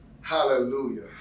Hallelujah